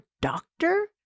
doctor